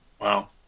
wow